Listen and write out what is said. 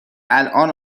الان